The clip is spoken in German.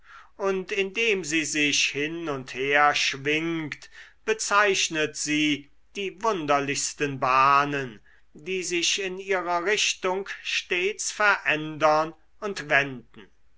und indem sie sich hin und her schwingt bezeichnet sie die wunderlichsten bahnen die sich in ihrer richtung stets verändern und wenden